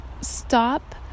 stop